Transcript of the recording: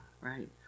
Right